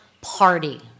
party